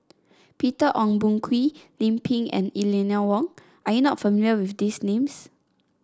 Peter Ong Boon Kwee Lim Pin and Eleanor Wong are you not familiar with these names